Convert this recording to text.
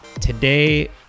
Today